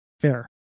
Fair